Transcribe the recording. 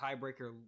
tiebreaker